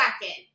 second